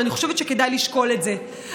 אבל אני חושבת שכדאי לשקול את זה.